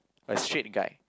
a straight guy